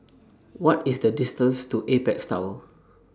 What IS The distance to Apex Tower